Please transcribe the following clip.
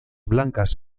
blancas